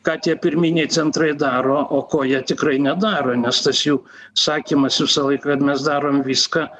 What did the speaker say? ką tie pirminiai centrai daro o ko jie tikrai nedaro nes tas jų sakymas visą laiką kad mes darom viską